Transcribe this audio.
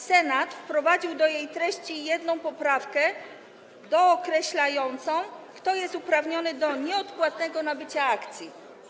Senat wprowadził do jej treści jedną poprawkę dookreślającą, kto jest uprawniony do nieodpłatnego nabycia akcji.